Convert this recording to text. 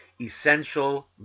essential